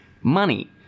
money